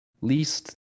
least